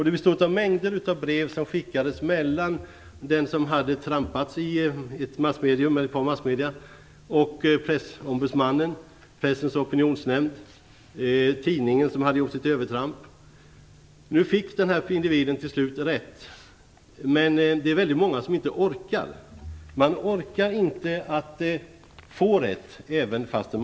Det består av mängder av brev som skickades mellan den som hade blivit trampad på i ett par massmedier och Pressombudsmannen, Pressens Opinionsnämnd och tidningen som hade gjort övertrampet. Den här individen fick till slut rätt. Men det är väldigt många som inte orkar. De orkar inte få rätt även om de har rätt.